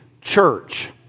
church